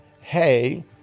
hey